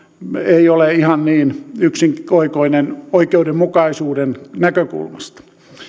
ei ole ihan niin yksioikoinen oikeudenmukaisuuden näkökulmasta